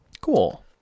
Cool